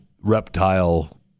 reptile